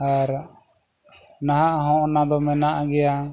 ᱟᱨ ᱱᱟᱦᱟᱜ ᱦᱚᱸ ᱚᱱᱟ ᱫᱚ ᱢᱮᱱᱟᱜ ᱜᱮᱭᱟ